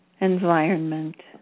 environment